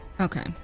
okay